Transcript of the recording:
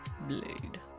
Blade